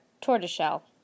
tortoiseshell